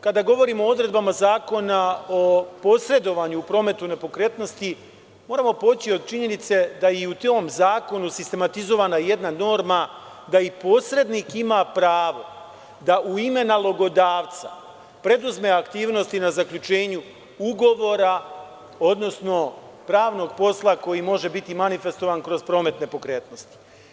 Kada govorimo o odredbama Zakona o posredovanju u prometu nepokretnosti, moramo poći od činjenice da je u tom zakonu sistematizovana jedna norma da i posrednik ima pravoda u ime nalogodavca preduzme aktivnosti na zaključenju ugovora, odnosno pravnog posla koji može biti manifestovan kroz promet nepokretnosti.